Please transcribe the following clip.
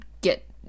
get